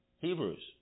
Hebrews